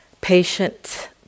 patient